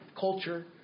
Culture